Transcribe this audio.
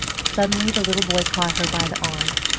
suddenly the little boy caught her by the arm.